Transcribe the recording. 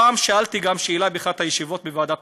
פעם שאלתי שאלה באחת הישיבות בוועדת